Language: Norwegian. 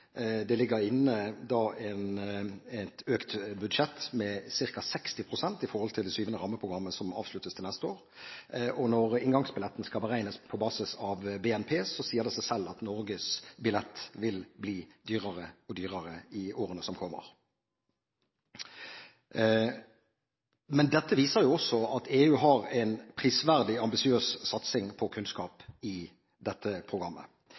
Det ligger inne et økt budsjett med ca. 60 pst. i forhold til det 7. rammeprogrammet, som avsluttes til neste år, og når inngangsbilletten skal beregnes på basis av BNP, sier det seg selv at Norges billett vil bli dyrere og dyrere i årene som kommer. Men dette viser også at EU har en prisverdig ambisiøs satsing på kunnskap i dette programmet.